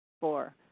Four